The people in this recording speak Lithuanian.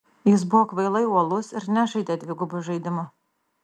jis buvo kvailai uolus ir nežaidė dvigubų žaidimų